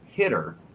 hitter